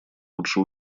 лучше